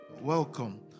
Welcome